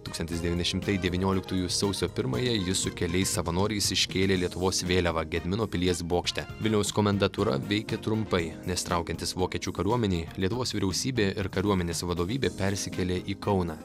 tūkstantis devyni šimtai devynioliktųjų sausio pirmąją jis su keliais savanoriais iškėlė lietuvos vėliavą gedimino pilies bokšte vilniaus komendatūra veikė trumpai nes traukiantis vokiečių kariuomenei lietuvos vyriausybė ir kariuomenės vadovybė persikėlė į kauną